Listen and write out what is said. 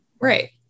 Right